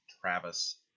Travis